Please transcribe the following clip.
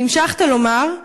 והמשכת לומר: